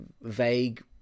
vague